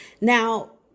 Now